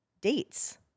dates